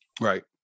right